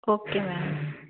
okay ma'am